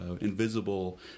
invisible